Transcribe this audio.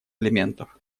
элементов